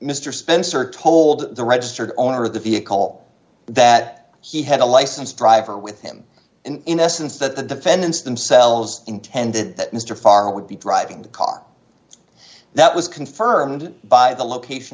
mr spencer told the registered owner of the vehicle that he had a licensed driver with him and in essence that the defendants themselves intended that mr farrer would be driving the car that was confirmed by the location